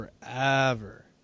forever